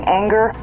anger